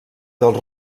dels